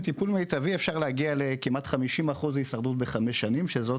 מטפלים אפשר להגיע לכמעט 50% הישרדות בחמש שנים שזו